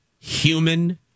Human